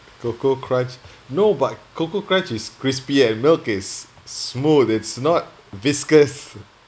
koko krunch no but koko krunch is crispy and milk is s~ smooth it's not viscous